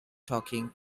talking